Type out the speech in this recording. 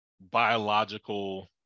biological